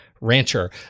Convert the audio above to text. rancher